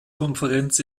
konferenz